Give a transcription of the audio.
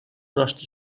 nostre